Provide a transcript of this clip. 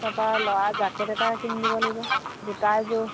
তাৰপৰা ল'ৰাৰ জেকেট এটা কিনি দিব লাগিব জোতা এযোৰ